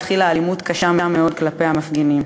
והתחילה אלימות קשה מאוד כלפי המפגינים.